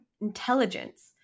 intelligence